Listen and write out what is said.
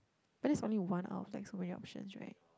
but that's only one out of like so many options right